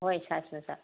ꯍꯣꯏ ꯁꯥꯏꯖ ꯃꯆꯥ